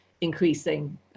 increasing